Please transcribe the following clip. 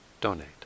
donate